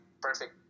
perfect